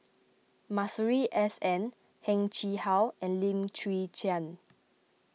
Masuri S N Heng Chee How and Lim Chwee Chian